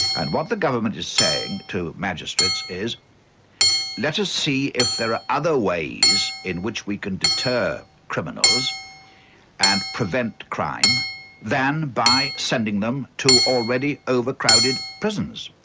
and what the government is saying to magistrates is let us see if there are other ways in which we can deter criminals and prevent crime than by sending them to already overcrowded prisons.